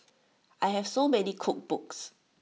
I have so many cookbooks